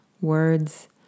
Words